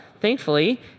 thankfully